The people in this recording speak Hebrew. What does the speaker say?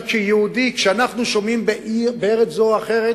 כשאנחנו שומעים בארץ זו או אחרת